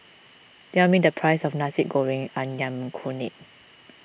tell me the price of Nasi Goreng Ayam Kunyit